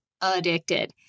Addicted